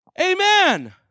Amen